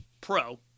pro